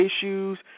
issues